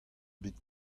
bet